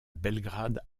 belgrade